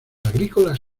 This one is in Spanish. agrícolas